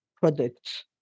products